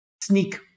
sneak